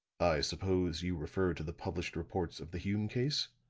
i suppose, you refer to the published reports of the hume case?